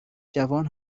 جوان